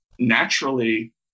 naturally